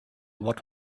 what